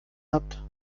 habt